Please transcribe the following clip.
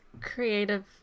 creative